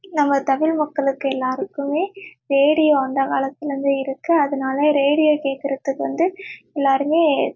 நம்ம தமிழ் மக்களுக்கு எல்லாேருக்குமே ரேடியோ அந்தக்காலத்திலேருந்தே இருக்குது அதனால ரேடியோ கேட்குறதுக்கு வந்து எல்லாேருமே